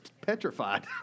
petrified